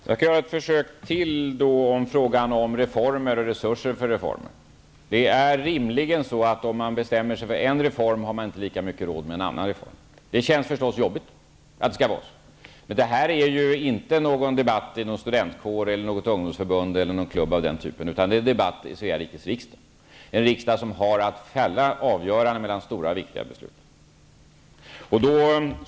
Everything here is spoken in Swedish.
Herr talman! Jag skall göra ett försök till när det gäller frågan om reformer och resurser för reformen. Om man bestämmer sig för en reform har man inte lika god råd med en annan reform. Det känns förstås jobbigt att det skall vara så. Men det här är ju inte en debatt i en studentkår, i ett ungdomsförbund eller någon klubb av den typen, utan det är en debatt i Svea rikes riksdag, en riksdag som har att fälla avgöranden i stora och viktiga frågor.